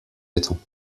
étangs